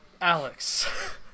Alex